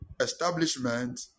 establishment